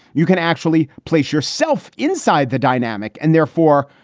you can actually place yourself inside the dynamic. and therefore,